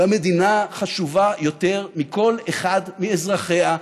והמדינה חשובה יותר מכל אחד מאזרחיה,